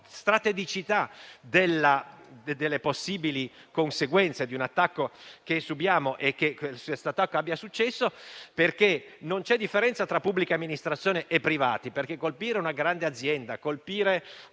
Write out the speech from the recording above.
strategicità delle possibili conseguenze di un attacco che subiamo e che tale attacco abbia successo, perché non c'è differenza tra pubblica amministrazione e privati, perché non c'è differenza tra colpire